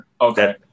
Okay